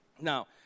Now